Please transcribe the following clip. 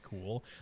cool